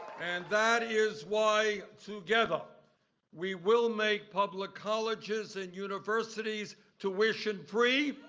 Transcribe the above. and that is why together we will make public colleges and universities tuition free